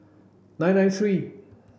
nine nine three